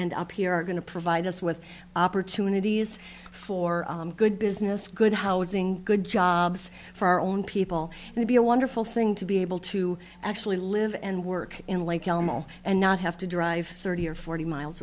and up here are going to provide us with opportunities for good business good housing good jobs for our own people and to be a wonderful thing to be able to actually live and work and not have to drive thirty or forty miles